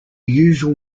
usual